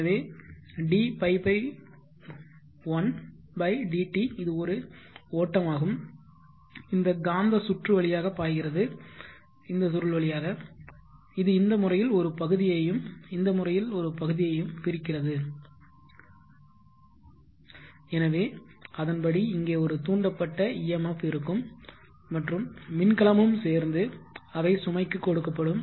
எனவே dϕ1 dt இது ஓட்டம் ஆகும் இந்த காந்த சுற்று வழியாக பாய்கிறது இந்த சுருள் வழியாக இது இந்த முறையில் ஒரு பகுதியையும் இந்த முறையில் ஒரு பகுதியையும் பிரிக்கிறது எனவே அதன்படி இங்கே ஒரு தூண்டப்பட்ட emf இருக்கும் மற்றும் மின் களமும் சேர்ந்து அவை சுமைக்கு கொடுக்கப்படும்